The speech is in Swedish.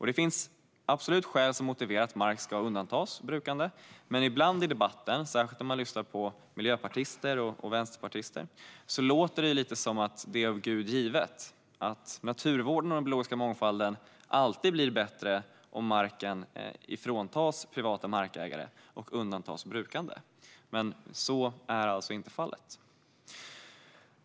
Det finns absolut skäl som motiverar att mark ska undantas från brukande, men ibland i debatten, särskilt när man lyssnar på miljöpartister och vänsterpartister, låter det lite som att det är av Gud givet att naturvården och den biologiska mångfalden alltid blir bättre om marken tas ifrån privata markägare och undantas brukande. Men så är alltså inte fallet.